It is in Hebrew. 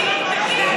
תצעקי.